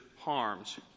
harms